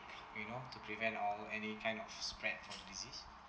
you know to prevent or any kind of spread the disease